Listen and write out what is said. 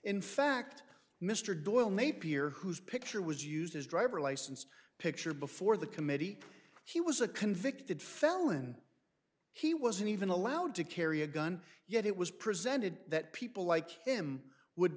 in fact mr doyle napier whose picture was used his driver license picture before the committee he was a convicted felon he wasn't even allowed to carry a gun yet it was presented that people like him would